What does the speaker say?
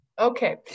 Okay